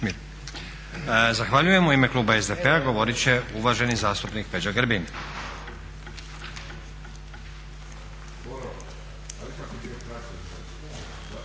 Zahvaljujem. U ime kluba SDP-a govoriti će uvaženi zastupnik Peđa Grbin.